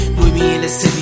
2016